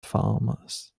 farmers